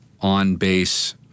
on-base